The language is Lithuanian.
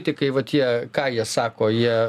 tikai vat jie ką jie sako jie